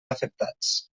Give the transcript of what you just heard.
afectats